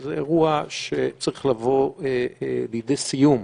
זה אירוע שצריך לבוא לידי סיום.